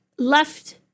Left